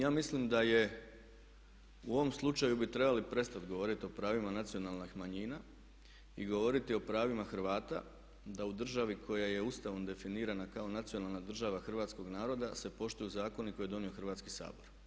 Ja mislim da je, u ovom slučaju bi trebali prestati govoriti o pravima nacionalnih manjina i govoriti o pravima Hrvata da u državi koja je Ustavom definirana kao nacionalna država hrvatskog naroda se poštuju zakoni koje je donio Hrvatski sabor.